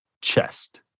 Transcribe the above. chest